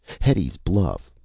hetty's bluff,